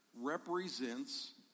represents